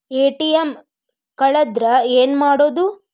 ATM ಕಳದ್ರ ಏನು ಮಾಡೋದು?